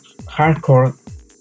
hardcore